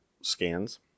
scans